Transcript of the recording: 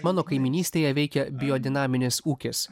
mano kaimynystėje veikia biodinaminis ūkis